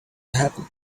happen